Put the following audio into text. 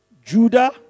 Judah